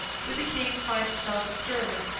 did the king find himself at stirling,